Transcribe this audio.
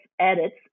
edits